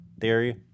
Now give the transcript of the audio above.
theory